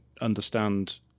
understand